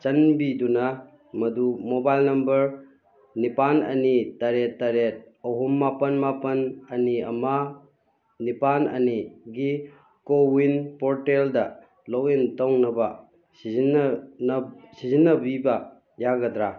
ꯆꯥꯟꯕꯤꯗꯨꯅ ꯃꯗꯨ mobile number ꯅꯤꯄꯥꯜ ꯑꯅꯤ ꯇꯔꯦꯠ ꯇꯔꯦꯠ ꯑꯍꯨꯝ ꯃꯥꯄꯜ ꯃꯥꯄꯜ ꯑꯅꯤ ꯑꯃ ꯅꯤꯄꯥꯜ ꯑꯅꯤꯒꯤ ꯀꯣꯋꯤꯟ ꯄꯣꯔꯇꯦꯜꯗ ꯂꯣꯛꯏꯟ ꯇꯧꯅꯕ ꯁꯤꯖꯤꯟꯅꯕꯤꯕ ꯌꯥꯒꯗ꯭ꯔꯥ